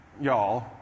y'all